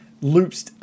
loops